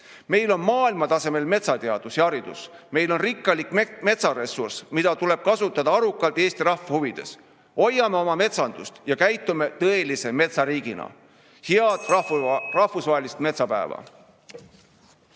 Meil on maailmatasemel metsateadus ja -haridus. Meil on rikkalik metsaressurss, mida tuleb kasutada arukalt Eesti rahva huvides. Hoiame oma metsandust ja käitume tõelise metsariigina. Head rahvusvahelist metsapäeva!